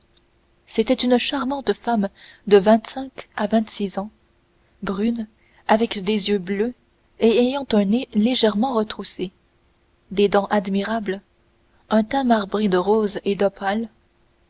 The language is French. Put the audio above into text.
c'était une charmante femme de vingt-cinq à vingt-six ans brune avec des yeux bleus ayant un nez légèrement retroussé des dents admirables un teint marbré de rose et d'opale